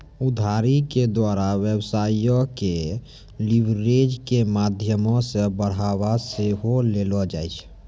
उधारी के द्वारा व्यवसायो के लीवरेज के माध्यमो से बढ़ाबा सेहो देलो जाय छै